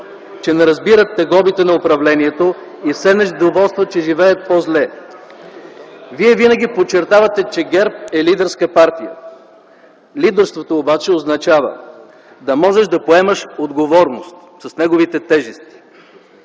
че не разбират тегобите на управлението и все недоволстват, че живеят по-зле. Вие винаги подчертавате, че ГЕРБ е лидерска партия. Лидерството обаче означава да можеш да поемаш отговорност с неговите тежести;